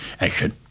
action